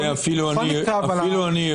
זה אפילו אני הבנתי,